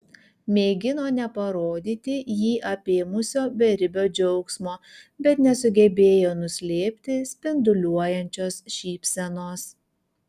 mėgino neparodyti jį apėmusio beribio džiaugsmo bet nesugebėjo nuslėpti spinduliuojančios šypsenos